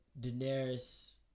Daenerys